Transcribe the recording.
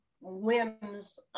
whims